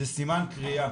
זה סימן קריאה.